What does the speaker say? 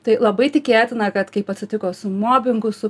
tai labai tikėtina kad kaip atsitiko su mobingu su